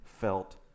felt